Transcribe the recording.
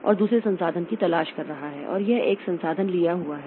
और दूसरे संसाधन की तलाश कर रहा है और यह एक संसाधन लिया हुआ है